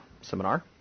Seminar